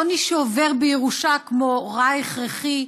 עוני שעובר בירושה כמו רע הכרחי.